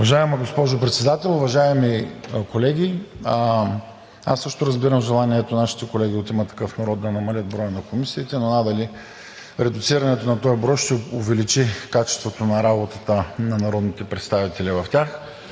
Уважаема госпожо Председател, уважаеми колеги! Аз също разбирам желанието на нашите колеги от „Има такъв народ“ да намалят броя на комисиите, но надали редуцирането на този брой ще увеличи качеството на работата на народните представители в тях.